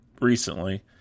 recently